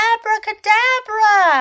Abracadabra